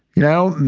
you know,